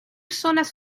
zonas